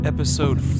Episode